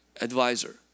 advisor